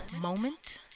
Moment